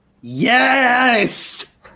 Yes